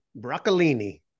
broccolini